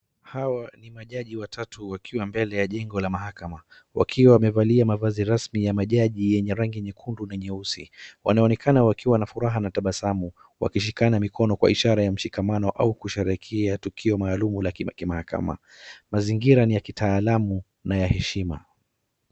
Hawa ni majaji watatu wakiwa mbele ya jengo la mahakama wakiwa wamevalia mavazi rasmi ya majaji yenye rangi nyekundu na nyeusi. Wanaonekana wakiwa na furaha na tabasamu wakishikana mikono kwa ishara ya mshikamano au kusherehekea tukio maalum la kimahakama. Mazingira ni ya kitaalamu na heshima.